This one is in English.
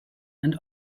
and